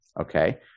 Okay